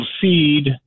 seed